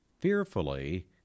Fearfully